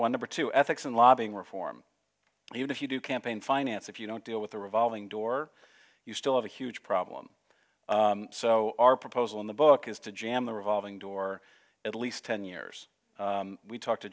one number two ethics and lobbying reform even if you do campaign in finance if you don't deal with the revolving door you still have a huge problem so our proposal in the book is to jam the revolving door at least ten years we talk to